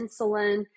insulin